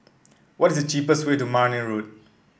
what is the cheapest way to Marne Road